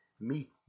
meet